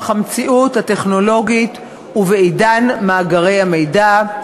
המציאות הטכנולוגית ובעידן מאגרי המידע.